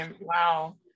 wow